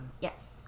Yes